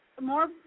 more